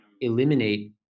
eliminate